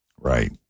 Right